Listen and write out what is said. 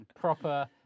Proper